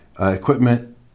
equipment